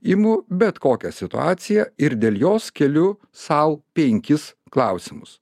imu bet kokią situaciją ir dėl jos keliu sau penkis klausimus